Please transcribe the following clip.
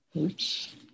Oops